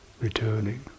returning